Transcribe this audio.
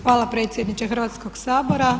Hvala predsjedniče Hrvatskog sabora.